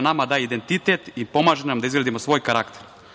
nama daje identitet i pomaže nam da izgradimo svoj karakter. Kultura